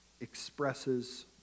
expresses